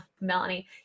Melanie